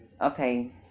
okay